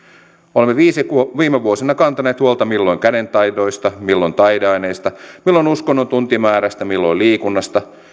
olemme viime vuosina kantaneet huolta milloin kädentaidoista milloin taideaineista milloin uskonnon tuntimäärästä milloin liikunnasta